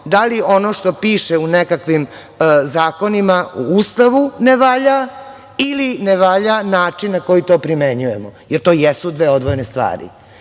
da li ono što piše u nekakvim zakonima, u Ustavu ne valja ili ne valja način na koji to primenjujemo, jer to jesu dve odvojene stvari.